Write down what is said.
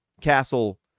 Castle